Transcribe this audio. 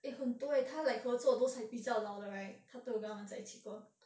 eh 很多 leh 他来合作 those like 比较老的 right 他都有跟他们在一起过